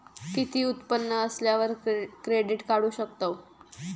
किती उत्पन्न असल्यावर क्रेडीट काढू शकतव?